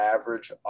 average